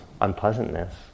unpleasantness